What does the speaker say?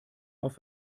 auf